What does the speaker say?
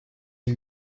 are